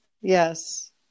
Yes